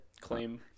claim